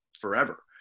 forever